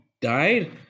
died